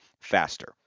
faster